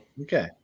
Okay